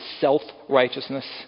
self-righteousness